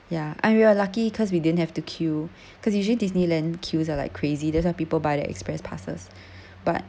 ya and we were lucky cause we didn't have to queue cause usually disneyland queues are like crazy that's why people buy their express passes but